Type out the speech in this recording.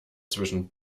zwischen